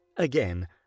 Again